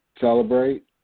celebrate